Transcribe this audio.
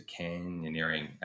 canyoneering